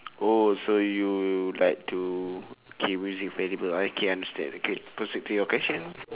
oh so you like to K music festival okay I understand K proceed to your question